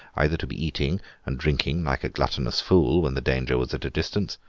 either to be eating and drinking, like a gluttonous fool, when the danger was at a distance,